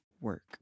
work